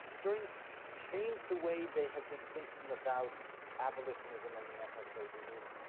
historians changed the way they had been thinking about abolitionism and the antislavery movement.